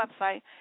website